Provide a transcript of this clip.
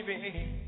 baby